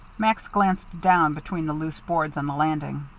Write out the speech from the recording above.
max glanced down between the loose boards on the landing.